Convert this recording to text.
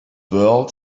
world